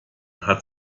hat